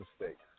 mistakes